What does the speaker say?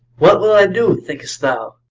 what will i do, thinkest thou?